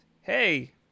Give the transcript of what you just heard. Hey